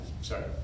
sorry